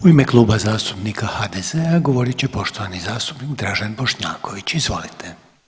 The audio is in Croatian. U ime Kluba zastupnika HDZ-a govorit će poštovani zastupnik Dražen Bošnjaković, izvolite.